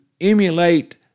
emulate